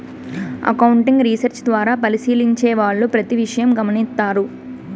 accounting research ద్వారా పరిశీలించే వాళ్ళు ప్రతి విషయం గమనిత్తారు